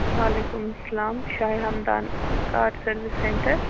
وعلیکُم السلام Shah Hamdan car service centre